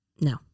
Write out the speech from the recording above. No